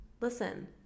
Listen